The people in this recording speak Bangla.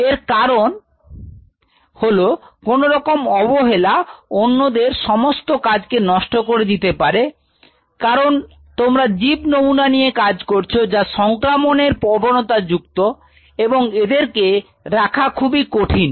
এর কারণ হলো কোনরকম অবহেলা অন্যদের সমস্ত কাজ কে নষ্ট করে দিতে পারে কারণ তোমরা জীব নমুনা নিয়ে কাজ করছ যা সংক্রমণ এর প্রবণতা যুক্ত এবং এদেরকে রাখা খুবই কঠিন